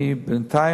אחד מקיא,